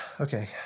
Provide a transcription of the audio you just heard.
Okay